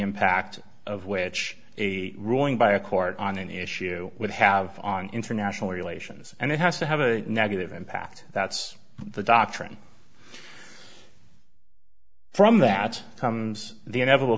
impact of which a ruling by a court on an issue would have on international relations and it has to have a negative impact that's the doctrine from that comes the inevitable